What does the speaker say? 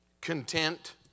content